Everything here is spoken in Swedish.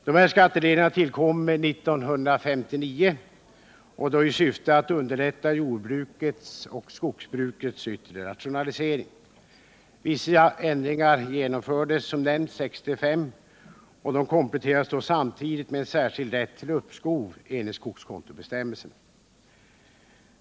Dessa skatteregler tillkom 1959 i syfte att underlätta jordbrukets och skogsbrukets yttre rationalisering. Vissa ändringar genomfördes som nämnts 1965, och de kompletterades då samtidigt med en särskild rätt till uppskov enligt skogskontobestämmelserna.